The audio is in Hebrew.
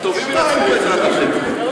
הטובים ינצחו, בעזרת השם.